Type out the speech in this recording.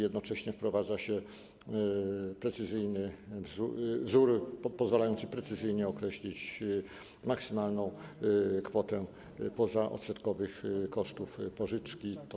Jednocześnie wprowadza się precyzyjny wzór pozwalający precyzyjnie określić maksymalną kwotę pozaodsetkowych kosztów pożyczki.